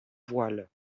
voile